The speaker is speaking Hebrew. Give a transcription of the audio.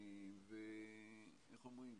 ואיך אומרים?